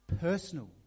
Personal